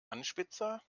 anspitzer